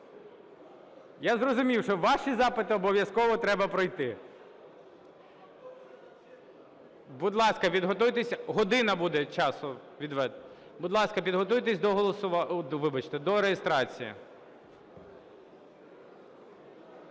Я зрозумів, що ваші запити обов'язково треба пройти. Будь ласка, підготуйтесь... Година